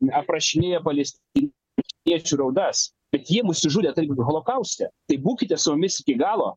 aprašinėja palestiniečių raudas bet jie mus išžudė kaip holokauste tai būkite su mumis iki galo